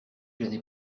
l’année